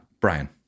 Brian